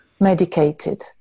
Medicated